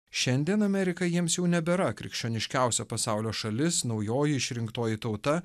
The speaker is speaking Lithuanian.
šiandien amerika jiems jau nebėra krikščioniškiausia pasaulio šalis naujoji išrinktoji tauta